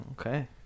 Okay